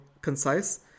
concise